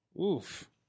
oof